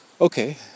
okay